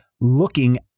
looking